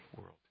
world